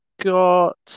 got